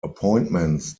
appointments